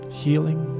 healing